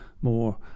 more